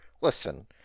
Listen